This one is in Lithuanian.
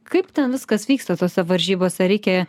kaip ten viskas vyksta tose varžybose reikia